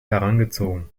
herangezogen